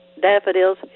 daffodils